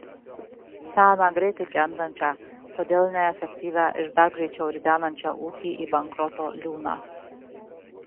seną greitai gendančią todėl neefektyvią ir dar greičiau ridenančią ūkį į bankroto liūną